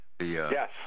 Yes